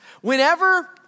Whenever